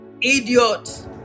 idiot